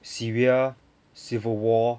syria civil war